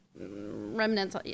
remnants